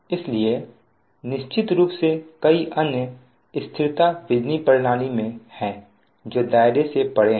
इसलिए निश्चित रूप से कई अन्य स्थिरता बिजली प्रणाली में हैं जो दायरे से परे हैं